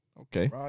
Okay